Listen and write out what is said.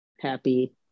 happy